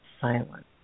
silence